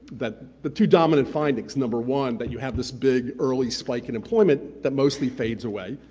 that the two dominant findings, number one that you have this big early spike in employment that mostly fades away,